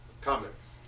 Comments